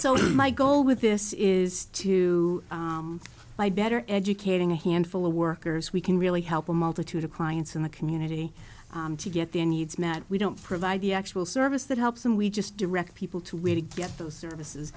so my goal with this is to buy better educating a handful of workers we can really help a multitude of clients in the community to get their needs met we don't provide the actual service that helps them we just direct people to where to get those services